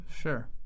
sure